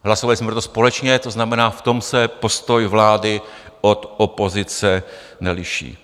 Hlasovali jsme pro to společně, to znamená, v tom se postoj vlády od opozice neliší.